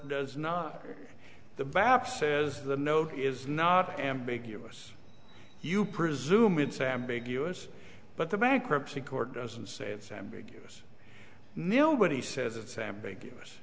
does not or the batf says the note is not ambiguous you presume it's ambiguous but the bankruptcy court doesn't say it's ambiguous millwood he says it's ambiguous